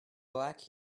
black